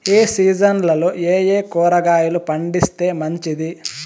ఏ సీజన్లలో ఏయే కూరగాయలు పండిస్తే మంచిది